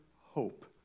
hope